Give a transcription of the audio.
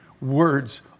words